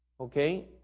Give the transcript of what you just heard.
Okay